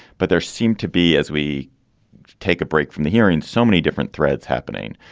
but there seem to be, as we take a break from the hearing, so many different threads happening,